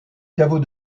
caveau